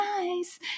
nice